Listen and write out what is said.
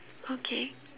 okay